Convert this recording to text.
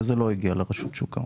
והם לא הגיעו לרשות שוק ההון.